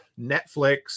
Netflix